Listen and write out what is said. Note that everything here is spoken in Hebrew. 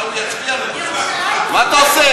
בסוף עיסאווי יצביע לו, מה אתה עושה?